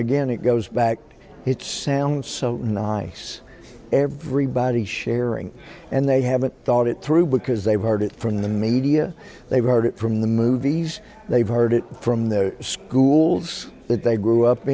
again it goes back it sounds so nice everybody is sharing and they haven't thought it through because they were heard it from the media they were heard it from the movies they've heard it from the schools that they grew up